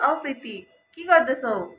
औ प्रीति के गर्दैछौ